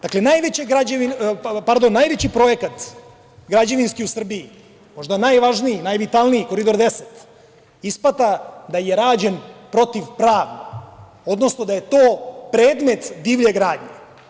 Dakle, najveći projekat građevinski u Srbiji, možda najvažniji, najvitalniji, Koridor 10, ispada da je rađen protivpravno, odnosno da je to predmet divlje gradnje.